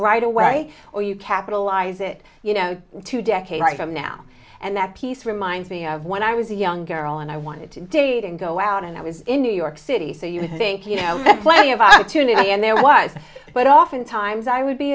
right away or you capitalize it you know two decades from now and that piece reminds me of when i was a young girl and i wanted to date and go out and i was in new york city so you would think you know plenty of opportunity and there was but often times i would be